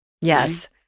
Yes